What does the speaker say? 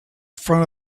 front